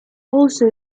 also